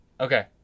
Okay